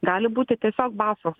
gali būti tiesiog basos